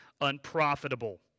unprofitable